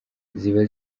ziba